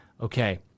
Okay